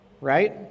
right